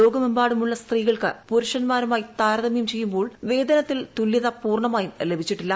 ലോകമെമ്പാടുമുള്ള സ്ത്രീകൾക്ക് പുരുഷൻമാരുമായി താരതമൃം ചെയ്യുമ്പോൾ വേതനത്തിൽ തുലൃത പൂർണമായും ലഭിച്ചിട്ടില്ല